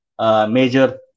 major